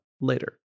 later